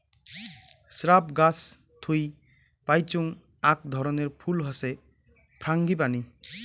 shrub গাছ থুই পাইচুঙ আক ধরণের ফুল হসে ফ্রাঙ্গিপানি